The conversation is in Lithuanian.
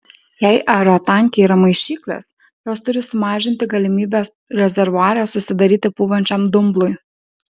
jei aerotanke yra maišyklės jos turi sumažinti galimybę rezervuare susidaryti pūvančiam dumblui